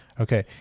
Okay